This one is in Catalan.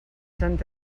sant